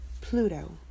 Pluto